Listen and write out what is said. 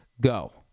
Go